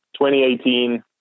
2018